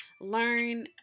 learn